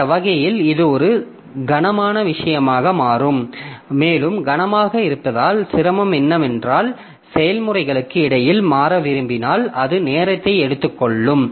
அந்த வகையில் இது ஒரு கனமான விஷயமாக மாறும் மேலும் கனமாக இருப்பதில் சிரமம் என்னவென்றால் செயல்முறைகளுக்கு இடையில் மாற விரும்பினால் அது நேரத்தை எடுத்துக்கொள்ளும்